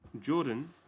Jordan